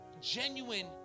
genuine